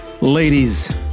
Ladies